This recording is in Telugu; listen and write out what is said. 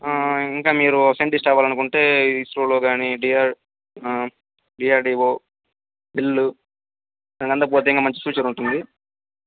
ఇంకా మీరు సైంటిస్ట్ అవ్వాలనుకుంటే ఇస్రోలో కానీ డిఆర్ డీఆర్ర్డిఓ భేల్ ఇంకా అంత పోతే మంచి ఫ్యూచర్ ఉంటుంది